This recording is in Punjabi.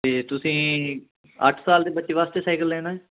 ਅਤੇ ਤੁਸੀਂ ਅੱਠ ਸਾਲ ਦੇ ਬੱਚੇ ਵਾਸਤੇ ਸਾਈਕਲ ਲੈਣਾ